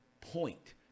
point